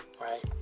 right